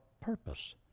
purpose